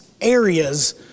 areas